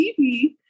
tv